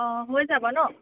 অ' হৈ যাব ন